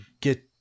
get